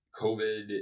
COVID